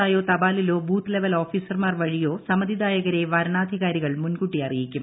ആയോ തപാലിലോ booth level ഓഫീസർമാർ വഴിയോ സമ്മതിദായകരെ വരണാധികാരികൾ മുൻകൂട്ടി അറിയിക്കും